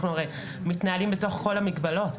אנחנו הרי מתנהלים בתוך כל המגבלות.